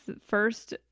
First